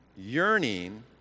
Yearning